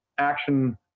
Action